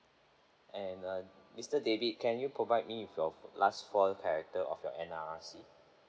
and uh mister david can you provide me with your last four character of your N_R_I_C